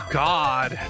god